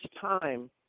time